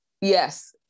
Yes